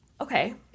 okay